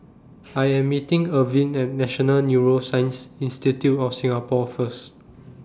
I Am meeting Ervin At National Neuroscience Institute of Singapore First